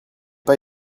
pas